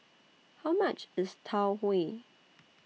How much IS Tau Huay